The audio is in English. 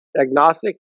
agnostic